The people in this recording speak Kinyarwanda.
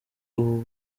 ubu